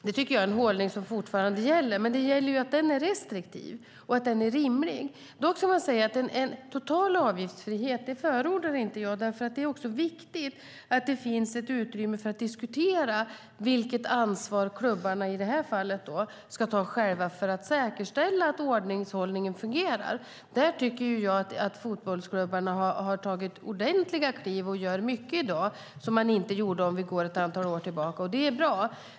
Det tycker jag är en hållning som fortfarande gäller, men den måste vara restriktiv och rimlig. Jag förordar inte en total avgiftsfrihet. Det är också viktigt att det finns ett utrymme för att diskutera vilket ansvar klubbarna i det här fallet ska ta själva för att säkerställa att upprätthållandet av ordningen fungerar. Där tycker jag att fotbollsklubbarna har tagit ordentliga kliv framåt och gör mycket i dag som de inte gjorde för ett antal år sedan. Det är bra.